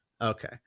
Okay